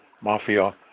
Mafia